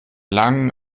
langen